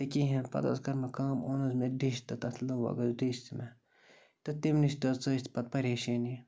تہِ کِہیٖنۍ پَتہٕ حظ کٔر مےٚ کٲم اوٚن حظ مےٚ ڈِش تہٕ تَتھ لوگ حظ تَتھ ڈِش تہِ مےٚ تہٕ تٔمۍ نِش تہٕ حظ ژٔج پَتہٕ پریشٲنی